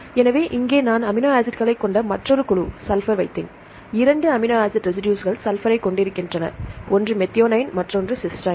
எனவே இங்கே நான் அமினோ ஆசிட்களைக் கொண்ட மற்றொரு குழு சல்பர் வைத்தேன் இரண்டு அமினோ ஆசிட் ரெசிடுஸ்கள் சல்பரைக் கொண்டிருக்கின்றன ஒன்று மெத்தியோனைன் மற்றொன்று சிஸ்டைன்